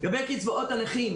לגבי קצבאות הנכים.